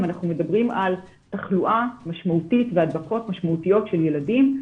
אם אנחנו מדברים על תחלואה משמעותית והדבקות משמעותיות של ילדים,